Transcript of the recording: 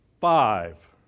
five